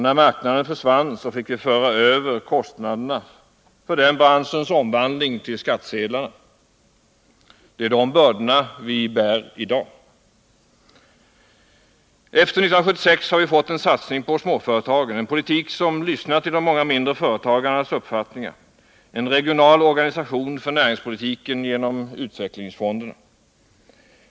När marknaden försvann fick vi föra över kostnaderna för den branschens omvandling till skattsedlarna. Det är de bördorna vi bär i dag. Efter 1976 har vi fått en satsning på småföretagen, en politik som lyssnar till de många mindre företagarnas uppfattningar, en regional organisation för näringspolitiken genom utvecklingsfonderna.